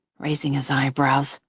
raising his eyebrows.